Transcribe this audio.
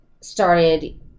started